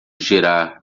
girar